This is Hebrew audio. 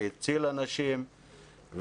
והציל אנשים.